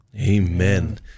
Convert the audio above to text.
Amen